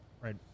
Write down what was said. right